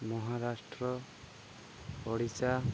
Maharashtra Odisha